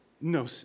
No